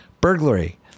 Burglary